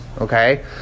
Okay